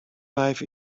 life